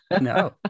No